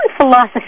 philosophy